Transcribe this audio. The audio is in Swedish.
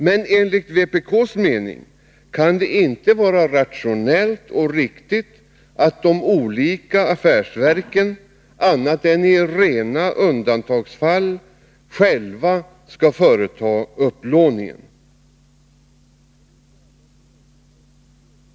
Men enligt vpk:s mening kan det inte vara rationellt och riktigt att de olika affärsverken annat än i rena undantagsfall själva skall företa upplåningen.